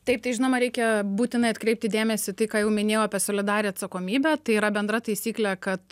taip tai žinoma reikia būtinai atkreipti dėmesį tai ką jau minėjau apie solidarią atsakomybę tai yra bendra taisyklė kad